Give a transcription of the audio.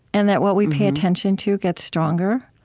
and that what we pay attention to gets stronger,